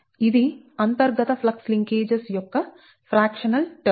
ఇది అంతర్గత flux linkages యొక్క ఫ్రాక్షనల్ టర్మ్